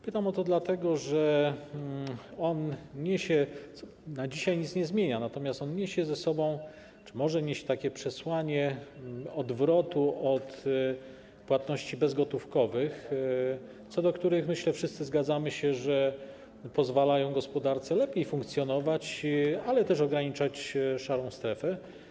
Pytam o to dlatego, że on dzisiaj nic nie zmienia, natomiast niesie ze sobą czy może nieść przesłanie odwrotu od płatności bezgotówkowych, co do których, myślę, wszyscy się zgadzamy, że pozwalają gospodarce lepiej funkcjonować, ale też ograniczać szarą strefę.